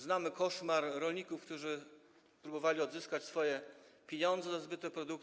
Znamy koszmar rolników, którzy próbowali odzyskać swoje pieniądze za zbyte produkty.